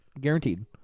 guaranteed